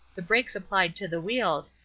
the brakes applied to the wheels,